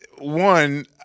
One